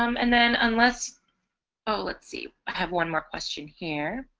um and then unless oh let's see i have one more question here